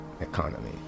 economy